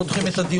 09:35.